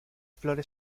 flores